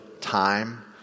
time